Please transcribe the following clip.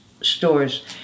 stores